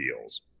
deals